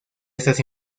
estas